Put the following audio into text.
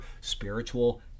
spiritual